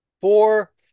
four